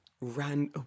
ran